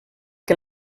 que